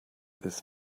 this